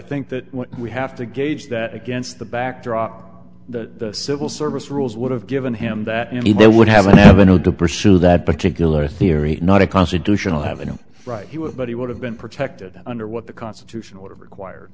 think that we have to gauge that against the backdrop the civil service rules would have given him that anybody would have an avenue to pursue that particular theory not a constitutional have a no right he would but he would have been protected under what the constitution or required